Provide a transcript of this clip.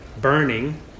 burning